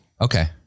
Okay